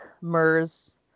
MERS